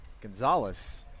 Gonzalez